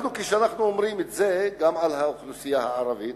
כשאנחנו אומרים את זה על האוכלוסייה הערבית,